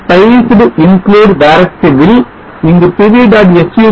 spiced include directive ல் இங்கு pv